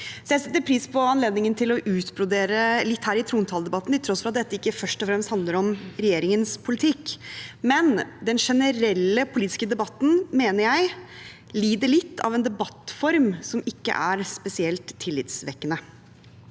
Jeg setter pris på anledningen til å utbrodere litt her i trontaledebatten, til tross for at dette ikke først og fremst handler om regjeringens politikk, men om at jeg mener den generelle politiske debatten lider litt av en debattform som ikke er spesielt tillitvekkende.